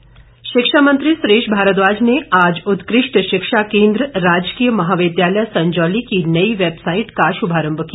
भारद्वाज शिक्षा मंत्री सुरेश भारद्वाज ने आज उत्कृष्ट शिक्षा केंद्र राजकीय महाविद्यालय संजौली की नई वैबसाईट का शुभारम्भ किया